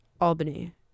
Albany